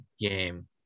game